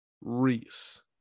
Reese